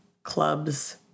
clubs